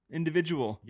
individual